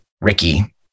Ricky